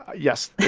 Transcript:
ah yes.